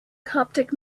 coptic